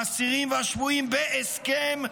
האסירים והשבויים בהסכם,